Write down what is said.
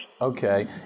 Okay